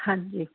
ਹਾਂਜੀ